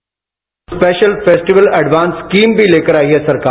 bite special festival advance scheme भी लेकर आई है सरकार